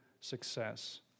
success